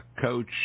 coach